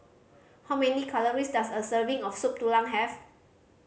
how many calories does a serving of Soup Tulang have